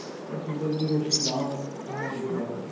ਪਰ ਸੂਰਜ ਦੀ ਰੌਸ਼ਨੀ ਨਾ ਹੋਣ ਹੋਣ ਦੇ ਕਾਰਨ